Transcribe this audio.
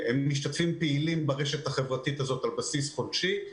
הם משתתפים פעילים ברשת החברתית הזאת על בסיס חודשי.